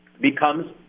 becomes